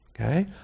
okay